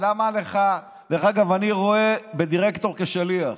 דרך אגב, אני רואה בדירקטור שליח,